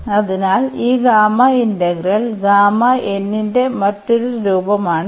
അതിനാൽ ഈ gamma integral ന്റെ മറ്റൊരു രൂപമാണിത്